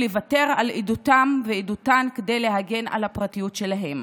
לוותר על עדותן ועדותם כדי להגן על הפרטיות שלהם.